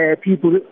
people